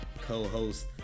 co-host